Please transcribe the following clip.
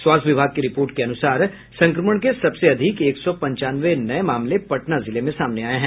स्वास्थ्य विभाग की रिपोर्ट के अनुसार संक्रमण के सबसे अधिक एक सौ पंचानवे नये मामले पटना जिले में सामने आये हैं